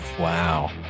Wow